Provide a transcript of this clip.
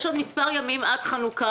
יש עוד מספר ימים עד חנוכה,